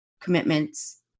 commitments